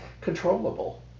controllable